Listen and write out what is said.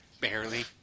Barely